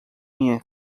minha